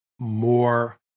more